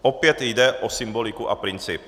Opět jde o symboliku a princip.